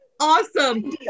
awesome